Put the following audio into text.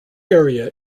area